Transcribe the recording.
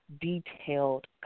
detailed